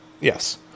Yes